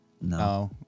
No